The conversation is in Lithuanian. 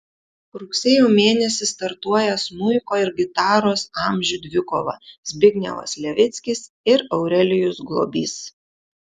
rugsėjo mėnesį startuoja smuiko ir gitaros amžių dvikova zbignevas levickis ir aurelijus globys